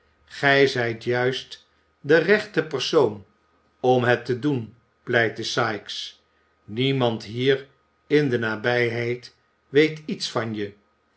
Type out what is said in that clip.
gij zijt juist de rechte persoon om het te doen pleitte sikes niemand hier in de nabijheid weet iets van je